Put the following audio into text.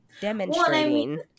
Demonstrating